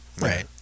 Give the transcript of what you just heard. Right